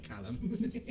Callum